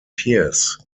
pierce